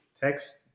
Text